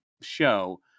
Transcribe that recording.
show